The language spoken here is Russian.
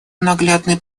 наглядный